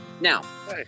Now